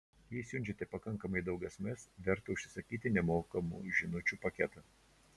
jei siunčiate pakankamai daug sms verta užsisakyti nemokamų žinučių paketą